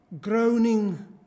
groaning